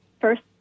first